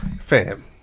Fam